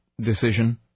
decision